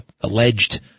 alleged